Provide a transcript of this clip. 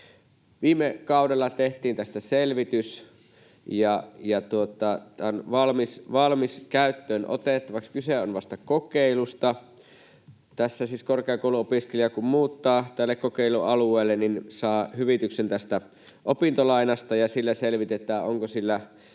Viime kaudella tehtiin tästä selvitys, ja tämä on valmis käyttöön otettavaksi. Kyse on vasta kokeilusta. Tässä siis korkeakouluopiskelija kun muuttaa tälle kokeilualueelle, niin hän saa hyvityksen opintolainasta, ja selvitetään, onko sillä